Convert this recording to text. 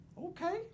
Okay